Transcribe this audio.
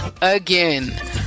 again